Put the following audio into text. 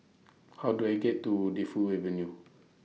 How Do I get to Defu Avenue